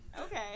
Okay